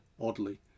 oddly